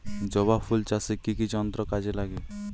জবা ফুল চাষে কি কি যন্ত্র কাজে লাগে?